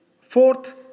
fourth